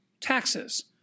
taxes